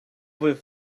with